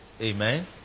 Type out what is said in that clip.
Amen